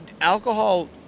alcohol